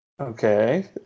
Okay